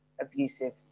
abusive